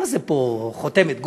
מה זה פה, חותמת גומי?